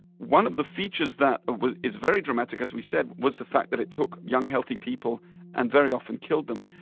one of the features that is very dramatic, as we said, was the fact that it took young, healthy people and very often killed them.